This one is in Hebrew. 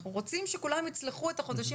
אנחנו רוצים שכולם יצלחו את החודשים